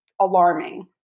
alarming